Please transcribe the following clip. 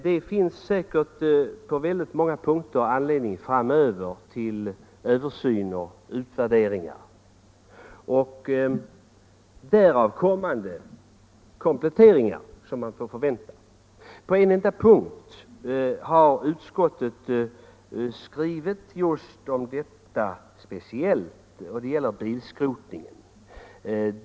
Det kommer säkerligen framöver på många punkter att finnas anledning till översyn och förnyade utvärderingar samt därav följande kompletteringar. Utskottet har på en enda punkt speciellt tagit upp denna aspekt, nämligen när det gäller bilskrotningen.